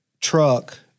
truck